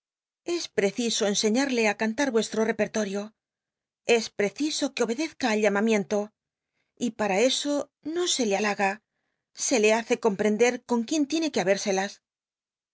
es prcciso cnsciíarlc á canlar uestro repertorio es preciso que obedezca al llamamiento y pnra eso no se le aulaga se le hace ro mprcndcr con quién tiene que habérselas